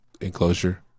enclosure